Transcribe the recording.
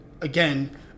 Again